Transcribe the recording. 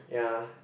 ya